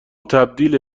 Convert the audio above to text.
تبدیل